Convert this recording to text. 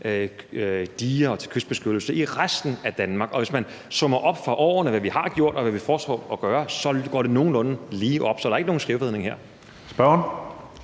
diger og kystbeskyttelse i resten af Danmark. Hvis man summer op for årene, hvad vi har gjort, og hvad vi foreslår at gøre, så går det nogenlunde lige op. Så der er ikke nogen skævvridning her.